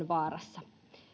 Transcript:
vaarassa